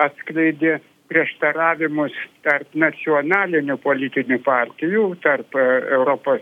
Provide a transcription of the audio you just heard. atskleidė prieštaravimus tarp nacionalinių politinių partijų tarp europos